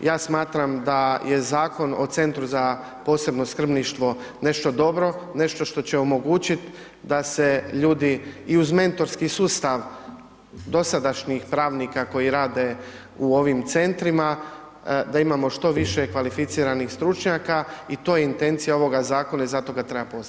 Ja smatram da je Zakon o centru za posebno skrbništvo nešto dobro, nešto što će omogućiti da se ljudi i uz mentorski sustav dosadašnjih pravnika koji rade u ovim centrima da imamo što više kvalificiranih stručnjaka i to je intencija ovoga zakona i zato ga treba postaviti.